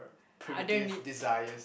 other needs